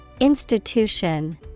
Institution